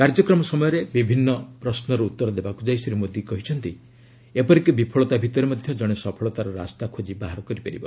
କାର୍ଯ୍ୟକ୍ରମ ସମୟରେ ବିଭିନ୍ନ ପ୍ରଶ୍ନର ଉତ୍ତର ଦେବାକୁ ଯାଇ ଶ୍ରୀ ମୋଦୀ କହିଛନ୍ତି ଏପରିକି ବିଫଳତା ଭିତରେ ମଧ୍ୟ ଜଣେ ସଫଳତାର ରାସ୍ତା ଖୋଜି ବାହାର କରିପାରିବ